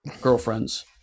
girlfriends